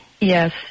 Yes